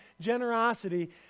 generosity